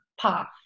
path